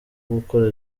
gukora